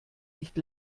nicht